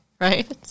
Right